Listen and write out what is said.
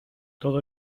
todo